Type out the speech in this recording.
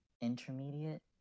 intermediate